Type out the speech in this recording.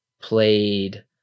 played